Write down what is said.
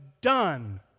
done